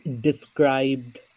described